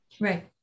Right